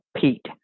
Pete